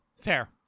fair